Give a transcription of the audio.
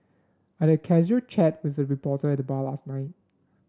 I had a casual chat with a reporter at the bar last night